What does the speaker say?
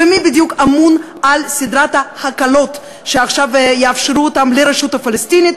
ומי בדיוק אמון על סדרת ההקלות שעכשיו יאפשרו לרשות הפלסטינית